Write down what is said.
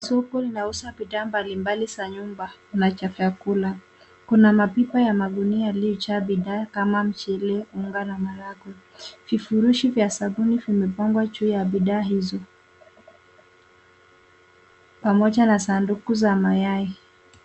Soko linauza bidhaa mbalimbali za nyumba na za vyakula. Kuna mapipa ya magunia yaliyojaa bidhaa kama mchele, unga na maharagwe. Vifurusho vya sabuni vimepangwa juu ya bidhaa hizi pamoja ma sanduku za mayai.